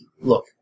look